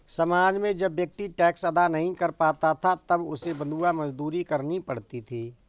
समाज में जब व्यक्ति टैक्स अदा नहीं कर पाता था तब उसे बंधुआ मजदूरी करनी पड़ती थी